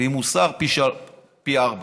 ואם הוא שר, פי ארבעה.